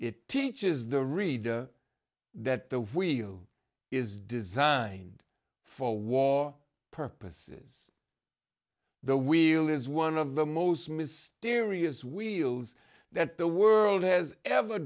it teaches the reader that the wheel is designed for war purposes the wheel is one of the most mysterious wheels that the world